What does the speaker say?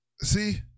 See